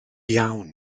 iawn